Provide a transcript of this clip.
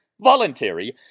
voluntary